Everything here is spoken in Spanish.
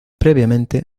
previamente